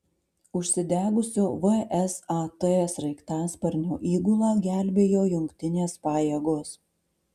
užsidegusio vsat sraigtasparnio įgulą gelbėjo jungtinės pajėgos